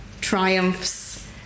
triumphs